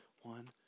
one